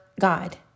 God